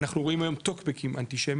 אנחנו רואים היום טוקבקים אנטישמים,